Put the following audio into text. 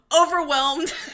overwhelmed